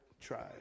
try